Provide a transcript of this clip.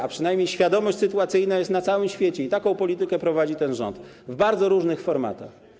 A przynajmniej świadomość sytuacyjna jest na całym świecie i taką politykę prowadzi ten rząd w bardzo różnych formatach.